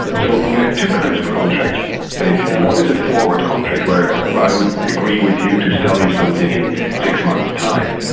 so you have two kinds of contracts basically. one is a forward contract where i would agree with you to sell you something in six months time,